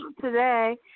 today